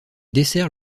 dessert